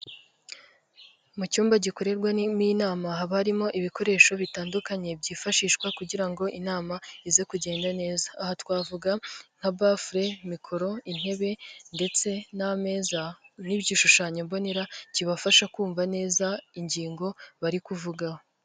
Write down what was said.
Mu cyumba gikorerwamo inama haba harimo ibikoresho bitandukanye, byifashishwa kugira ngo inama ize kugenda neza, aha twavuga nka bafure, mikoro, intebe ndetse n'ameza n'igishushanyo mbonera kibafasha kumva neza ingingo bari kuvuga.